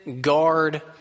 guard